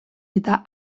eta